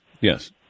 Yes